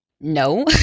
No